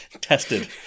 Tested